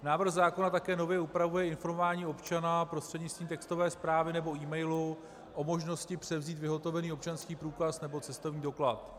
Návrh zákona také nově upravuje informování občana prostřednictvím textové zprávy nebo emailu o možnosti převzít vyhotovený občanský průkaz nebo cestovní doklad.